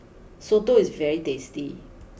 Soto is very tasty